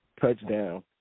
touchdown